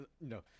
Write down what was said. No